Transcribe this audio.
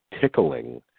tickling